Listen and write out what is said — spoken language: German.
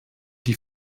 die